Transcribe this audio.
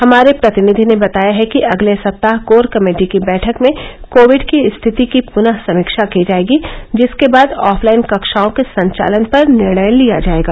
हमारे प्रतिनिधि ने बताया है कि अगले सप्ताह कोर कमेटी की बैठक में कोविड की स्थिति की पूनः समीक्षा की जाएगी जिसके बाद ऑफलाइन कक्षाओं के संचालन पर निर्णय लिया जाएगा